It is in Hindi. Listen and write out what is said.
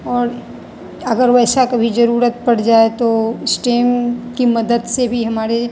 और अगर वैसा कभी जरूरत पड़ जाए तो स्टेम की मदद से भी हमारे